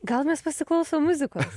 gal mes pasiklausom muzikos